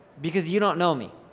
because you don't know me.